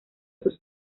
sus